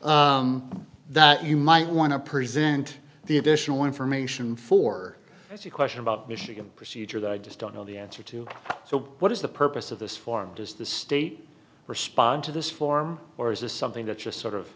note that you might want to present the additional information for the question about michigan procedure that i just don't know the answer to so what is the purpose of this form does the state respond to this form or is this something that's just sort of